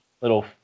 little